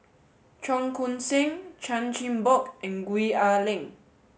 Cheong Koon Seng Chan Chin Bock and Gwee Ah Leng